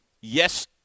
yes